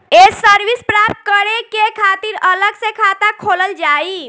ये सर्विस प्राप्त करे के खातिर अलग से खाता खोलल जाइ?